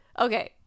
okay